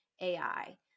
AI